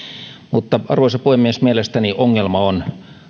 mutta arvoisa puhemies mielestäni ongelma on